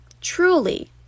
truly